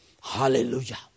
hallelujah